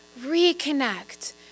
reconnect